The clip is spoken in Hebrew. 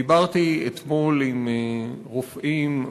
דיברתי אתמול עם רופאים,